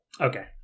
Okay